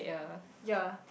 ya